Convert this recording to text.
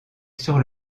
sur